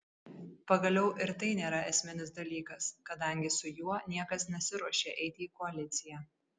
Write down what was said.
pagaliau ir tai nėra esminis dalykas kadangi su juo niekas nesiruošia eiti į koaliciją